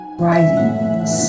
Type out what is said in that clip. writings